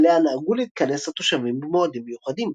אליה נהגו להתכנס התושבים במועדים מיוחדים.